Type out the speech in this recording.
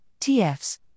TFs